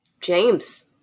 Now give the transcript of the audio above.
James